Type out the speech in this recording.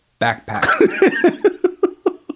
backpack